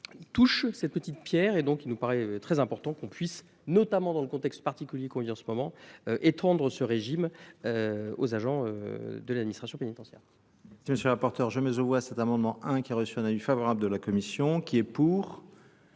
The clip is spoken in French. touche, cette petite pierre, et donc il nous paraît très important qu'on puisse, notamment dans le contexte particulier qu'on vit en ce moment, étendre ce régime aux agents de l'administration pénitentiaire. Monsieur le rapporteur, je mets au voie cet amendement 1 qui a reçu un avis favorable de la Commission. Qui est pour